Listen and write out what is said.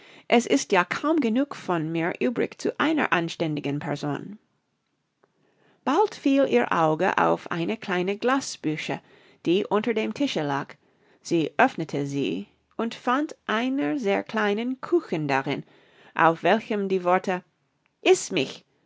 es ist ja kaum genug von mir übrig zu einer anständigen person bald fiel ihr auge auf eine kleine glasbüchse die unter dem tische lag sie öffnete sie und fand einen sehr kleinen kuchen darin auf welchem die worte iß mich